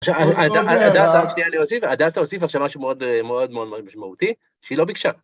עכשיו, הדסה... רק שנייה להוסיף, הדסה הוסיפה עכשיו משהו מאוד מאוד משמעותי, שהיא לא ביקשה.